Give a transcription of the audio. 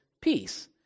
peace